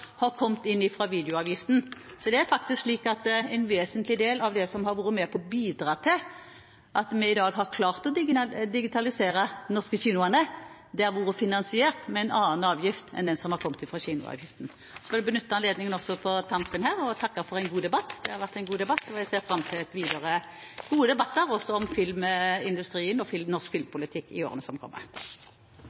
har kommet fra videoavgiften. Det er faktisk slik at en vesentlig del av det som har vært med på å bidra til at vi i dag har klart å digitalisere de norske kinoene, har vært finansiert med en annen avgift enn kinoavgiften. Så vil jeg på tampen benytte anledningen til å takke for en god debatt. Jeg ser fram til gode debatter om filmindustrien og norsk filmpolitikk i årene som kommer.